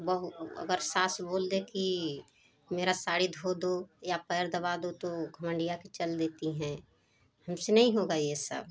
बहू अगर सास बोल दे की मेरा साड़ी धो दो या पैर दबा दो तो घमंडिया कर चल देती हैं हम से नहीं होगा ये सब